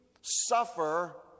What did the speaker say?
suffer